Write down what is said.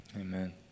Amen